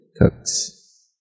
cooks